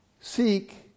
Seek